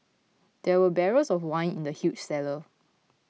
there were barrels of wine in the huge cellar